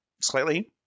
slightly